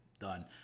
done